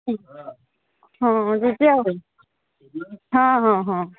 ହଁ ଯିବି ଆଉ ହଁ ହଁ ହଁ